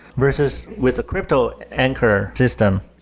versus with the crypto anchor system,